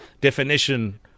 definition